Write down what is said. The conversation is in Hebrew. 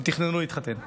הם תכננו להתחתן.